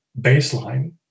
baseline